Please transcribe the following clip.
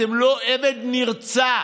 אתם לא עבד נרצע.